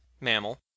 mammal